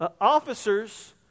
officers